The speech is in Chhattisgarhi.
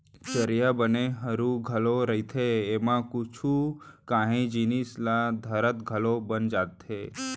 चरिहा बने हरू घलौ रहिथे, एमा कुछु कांही जिनिस ल धरत घलौ बन जाथे